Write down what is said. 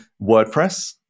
WordPress